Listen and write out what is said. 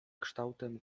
kształtem